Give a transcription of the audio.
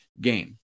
game